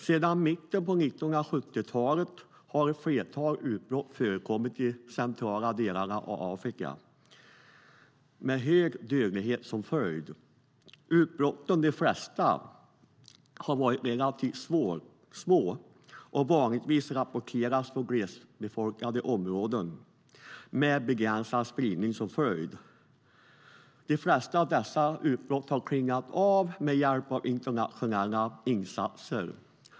Sedan mitten av 1970-talet har ett flertal utbrott förekommit i de centrala delarna av Afrika, med hög dödlighet som följd. Utbrotten, de flesta relativt små, har vanligtvis rapporterats från glesbefolkade områden, med begränsad spridning som följd. De flesta av dessa utbrott har klingat av med hjälp av internationella insatser.